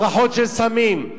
הברחות של סמים,